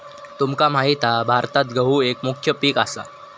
तुमका माहित हा भारतात गहु एक मुख्य पीक असा